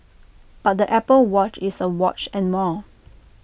but the Apple watch is A watch and more